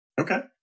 okay